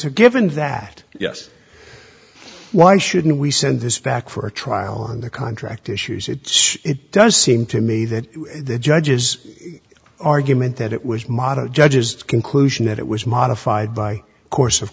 a given that yes why shouldn't we send this back for a trial on the contract issues it's it does seem to me that the judges argument that it was modern judges conclusion that it was modified by course of